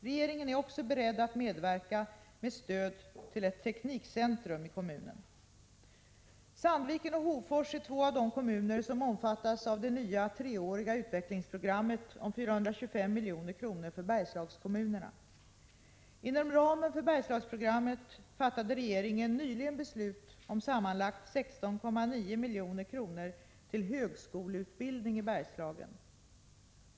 Regeringen är också beredd att medverka med stöd till ett teknikcentrum i kommunen. Sandviken och Hofors är två av de kommuner som omfattas av det nya, treåriga utvecklingsprogrammet om 425 milj.kr. för Bergslagskommunerna. Inom ramen för Bergslagsprogrammet fattade regeringen nyligen beslut om sammanlagt 16,9 milj.kr. till högskoleutbildning i Bergslagen.